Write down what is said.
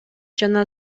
жана